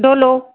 Dolo